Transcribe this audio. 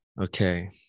Okay